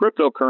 cryptocurrency